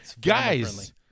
Guys